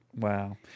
Wow